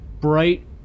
bright